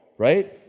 right.